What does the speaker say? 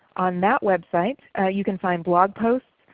on that website you can find blog posts,